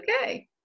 Okay